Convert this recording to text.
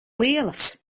lielas